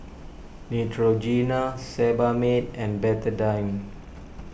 Neutrogena Sebamed and Betadine